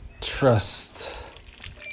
trust